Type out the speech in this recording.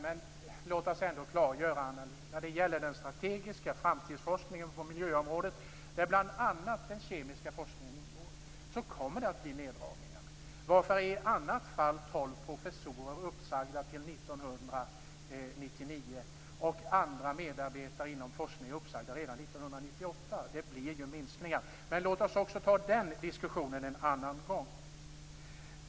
Men låt oss ändå klargöra, Anna Lindh, att när det gäller den strategiska framtidsforskningen på miljöområdet, där bl.a. den kemiska forskningen ingår, kommer det att bli neddragningar. Varför är i annat fall tolv professorer uppsagda till 1999 och andra medarbetare inom forskningen uppsagda redan 1998? Det blir ju minskningar. Men låt oss ta även den diskussionen en annan gång.